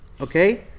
Okay